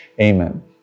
Amen